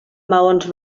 maons